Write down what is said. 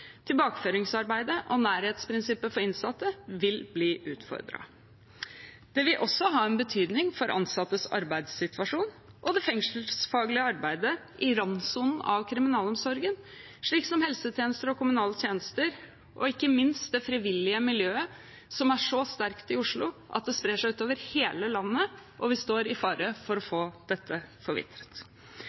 Tilbakeføringsarbeidet og nærhetsprinsippet for innsatte vil bli utfordret. Det vil også ha betydning for ansattes arbeidssituasjon og det fengselsfaglige arbeidet i randsonen av kriminalomsorgen, slik som helsetjenester og kommunale tjenester og ikke minst det frivillige miljøet, som er så sterkt i Oslo at det sprer seg utover hele landet. Vi står i fare for å få dette forvitret.